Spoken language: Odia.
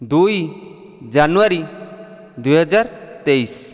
ଦୁଇ ଜାନୁଆରୀ ଦୁଇ ହଜାର ତେଇଶ